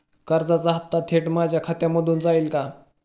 कर्जाचा हप्ता थेट माझ्या खात्यामधून जाईल का?